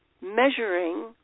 measuring